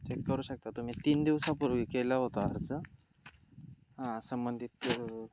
check करू शकता तुम्ही तीन दिवसांपूर्वी केला होता अर्ज हा संबंधित